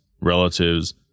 relatives